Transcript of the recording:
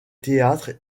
théâtre